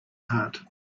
heart